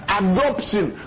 adoption